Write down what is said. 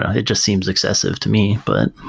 and it just seems excessive to me but,